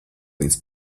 līdz